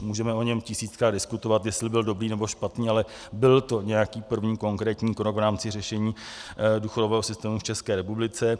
Můžeme o něm tisíckrát diskutovat, jestli byl dobrý, nebo špatný, ale byl to nějaký první konkrétní krok v rámci řešení důchodového systému v České republice.